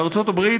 בארצות-הברית,